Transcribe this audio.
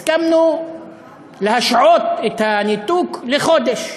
הסכמנו להשהות את הניתוק לחודש,